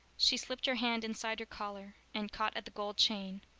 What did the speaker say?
she slipped her hand inside her collar and caught at the gold chain.